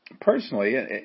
Personally